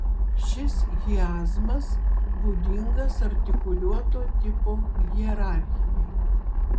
šis chiazmas būdingas artikuliuoto tipo hierarchijai